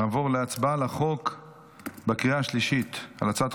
נעבור להצבעה בקריאה השלישית על חוק